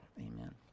Amen